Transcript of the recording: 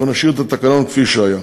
אנחנו נשאיר את התקנון כפי שהיה.